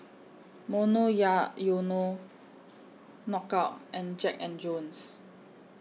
Monoyono Knockout and Jack and Jones